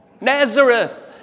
Nazareth